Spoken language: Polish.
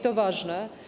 To ważne.